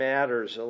Matters